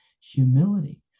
humility